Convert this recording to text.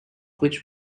which